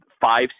Five